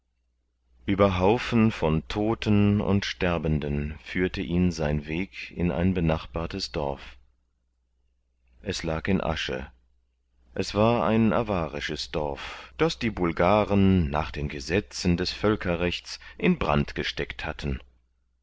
ueber haufen von todten und sterbenden führte ihn sein weg in ein benachbartes dorf es lag in asche es war ein avarisches dorf das die bulgaren nach den gesetzen des völkerrechts in brand gesteckt hatten